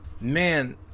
Man